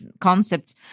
concepts